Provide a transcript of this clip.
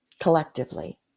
collectively